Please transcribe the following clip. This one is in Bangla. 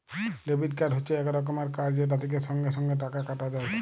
ডেবিট কার্ড হচ্যে এক রকমের কার্ড যেটা থেক্যে সঙ্গে সঙ্গে টাকা কাটা যায়